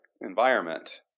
environment